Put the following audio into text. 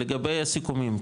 לגבי הסיכומים,